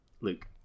Luke